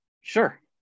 Sure